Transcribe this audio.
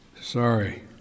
Sorry